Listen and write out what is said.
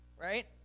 right